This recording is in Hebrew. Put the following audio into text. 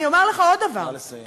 אני אומר לך עוד דבר, נא לסיים.